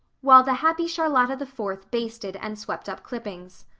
while the happy charlotta the fourth basted and swept up clippings.